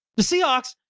the seahawks.